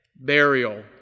Burial